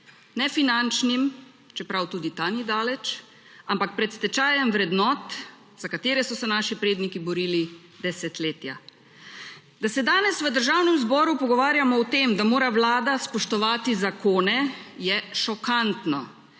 ne finančnim, čeprav tudi ta ni daleč, ampak pred stečajem vrednot za katere so se naši predniki borili desetletja. Da se danes v Državnem zboru pogovarjamo o tem, da mora Vlada spoštovati zakone, je šokantno